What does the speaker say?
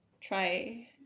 try